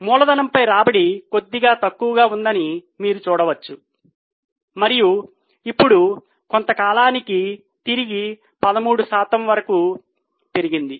మూలధనంపై రాబడి కొద్దిగా తక్కువగా ఉందని మీరు చూడవచ్చు మరియు ఇప్పుడు కొంత కాలానికి తిరిగి 13 శాతం వరకు పెరిగింది